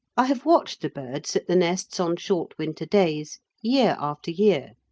i have watched the birds at the nests on short winter days year after year,